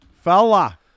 Fella